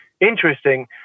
interesting